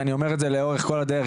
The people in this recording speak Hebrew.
ואני אומר את זה לכל אורך הדרך,